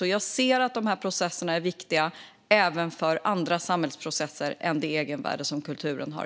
Jag ser alltså att de här processerna är viktiga även för andra samhällsprocesser än det egenvärde som kulturen har.